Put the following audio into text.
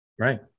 Right